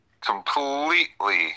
completely